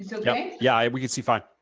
so yeah, we can see fine.